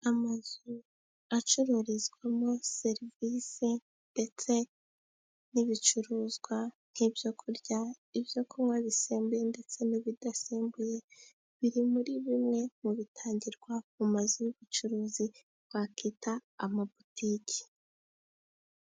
Amazu acururizwamo serivise ndetse n'ibicuruzwa nk'ibyo kurya, ibyo kunywa bisembuye ndetse n'ibidasembuye, biri muri bimwe mu bitangirwa mu mazu y'ubucuruzi twakwita amabotike.